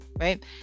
right